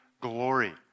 Glory